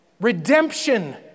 redemption